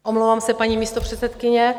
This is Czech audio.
Omlouvám se, paní místopředsedkyně.